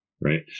right